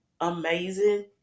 amazing